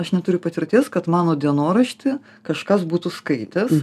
aš neturiu patirties kad mano dienoraštį kažkas būtų skaitęs